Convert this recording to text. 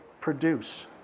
produce